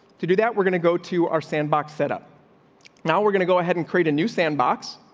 to do that, we're gonna go to our sandbox set up now we're gonna go ahead and create a new sandbox,